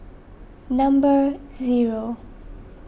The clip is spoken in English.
number zero